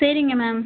சரிங்க மேம்